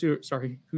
sorry